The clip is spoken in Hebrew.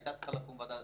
והייתה צריכה לקום ועדה,